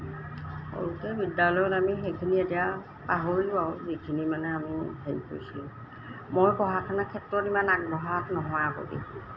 সৰুতে বিদ্যালয়ত আমি সেইখিনি এতিয়া পাহৰিলোঁ আৰু যিখিনি মানে আমি হেৰি কৰিছিলোঁ মই পঢ়া শুনাৰ ক্ষেত্ৰত ইমান আগবঢ়া নহয় আকৌ দেই